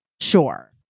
Sure